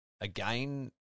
again